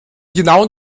genauen